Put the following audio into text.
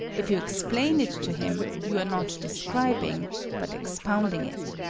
if you explain it to him, you are not describing but expounding it.